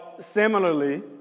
similarly